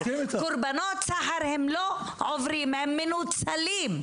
--- קורבנות סחר לא עוברים הם מנוצלים.